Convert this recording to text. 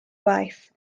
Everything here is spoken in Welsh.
waith